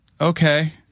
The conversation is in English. Okay